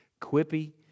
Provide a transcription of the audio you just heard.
Quippy